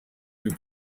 più